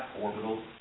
orbital